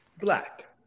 Black